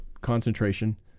concentration